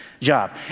job